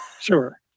Sure